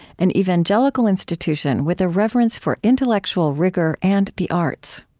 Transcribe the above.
an evangelical institution with a reverence for intellectual rigor and the arts